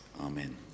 Amen